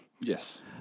Yes